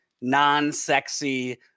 non-sexy